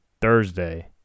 Thursday